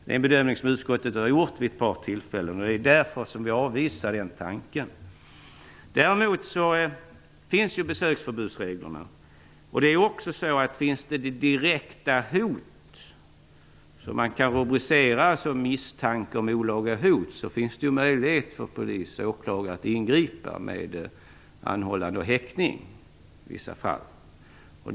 Det är en bedömning som utskottet har gjort vid ett par tillfällen och det är därför som vi avvisar den tanken. Däremot finns besöksförbudsreglerna, och finns det direkta hot som kan rubriceras som Misstanke om olaga hot finns det möjlighet för polis och åklagare att ingripa med anhållande och häktning i vissa fall.